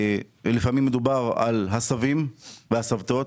לפעמים מדובר על הסבים והסבתות.